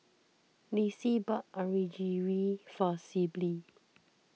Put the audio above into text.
Lissie bought Onigiri for Sibyl